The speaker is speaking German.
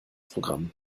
programm